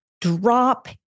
drop